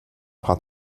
paar